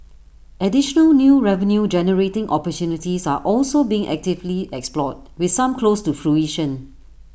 additional new revenue generating opportunities are also being actively explored with some close to fruition